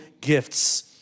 gifts